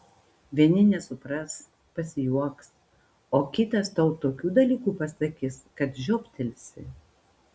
vieni nesupras pasijuoks o kitas tau tokių dalykų pasakys kad žioptelsi